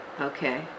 Okay